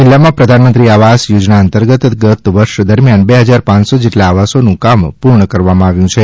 જિલ્લામાં પ્રધાનમંત્રી આવાસ યોજના અંતર્ગત ગત વર્ષ દરમિયાન બે હજાર પાંચસો જેટલા આવાસોનું કામ પૂર્ણ કરવામાં આવ્યું છે